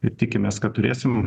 ir tikimės kad turėsim